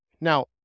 Now